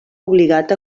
obligat